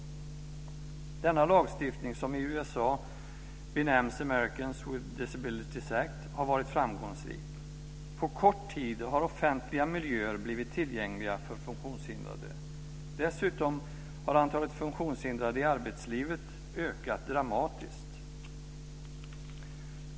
Denna lagstiftning, som i USA benämns Americans with Disabilities Act, ADA, har varit framgångsrik. På kort tid har offentliga miljöer blivit tillgängliga för funktionshindrade. Dessutom har antalet funktionshindrade i arbetslivet ökat dramatiskt.